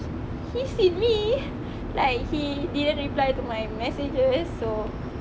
he seen me like he didn't reply to my messages so